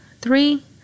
three